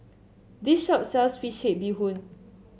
this shop sells fish head Bee Hoon